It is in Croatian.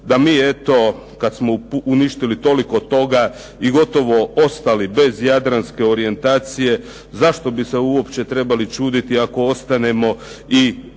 da mi eto kad smo uništili toliko toga, i gotovo ostali bez jadranske orijentacije, zašto bi se uopće trebali čuditi ako ostanemo i